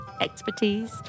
expertise